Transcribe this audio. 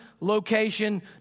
location